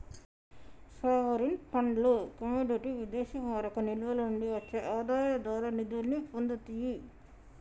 sovereign ఫండ్లు commodity విదేశీమారక నిల్వల నుండి వచ్చే ఆదాయాల ద్వారా నిధుల్ని పొందుతియ్యి